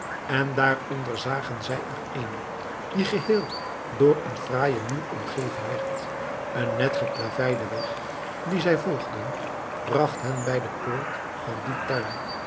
en daaronder zagen zij er een die geheel door een fraaijen muur omgeven werd een net geplaveide weg dien zij volgden bragt hen bij de poort van dien tuin